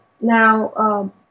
now